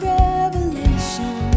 revelation